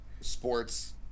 sports